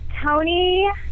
Tony